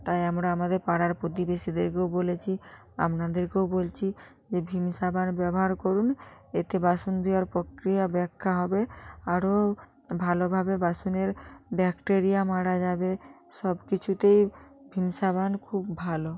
তাই আমরা আমাদের পাড়ার প্রতিবেশীদেরকেও বলেছি আমনাদেরকেও বলছি যে ভিম সাবান ব্যবহার করুন এতে বাসন ধোয়ার প্রক্রিয়া ব্যাখ্যা হবে আরো ভালোভাবে বাসনের ব্যাকটেরিয়া মারা যাবে সব কিছুতেই ভিম সাবান খুব ভালো